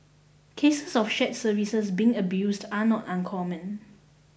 cases of shared services being abused are not uncommon